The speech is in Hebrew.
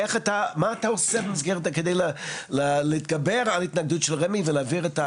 מה אתה עושה כדי להתגבר על ההתנגדות של רמ"י ולהעביר.